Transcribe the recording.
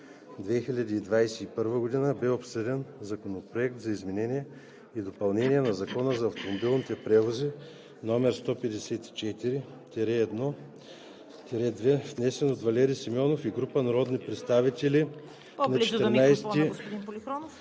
2021 г., бе обсъден Законопроект за изменение и допълнение на Закона за автомобилните превози, № 154-01-2, внесен от Валери Симеонов и група народни представители на 14